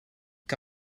que